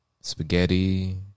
spaghetti